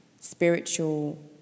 spiritual